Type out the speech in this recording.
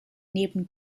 neben